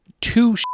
two